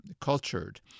cultured